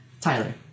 Tyler